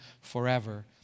forever